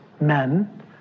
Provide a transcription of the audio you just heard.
men